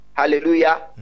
Hallelujah